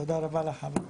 תודה רבה לך.